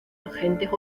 agentes